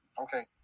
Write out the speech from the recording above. Okay